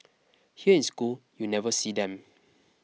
here in school you never see them